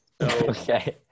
Okay